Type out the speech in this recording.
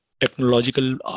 technological